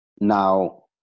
Now